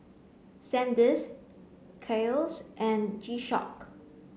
Sandisk Kiehl's and G Shock